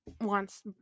wants